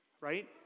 right